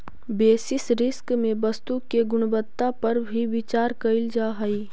basis risk में वस्तु के गुणवत्ता पर भी विचार कईल जा हई